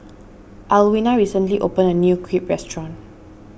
Alwina recently opened a new Crepe restaurant